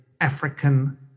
African